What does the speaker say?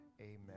Amen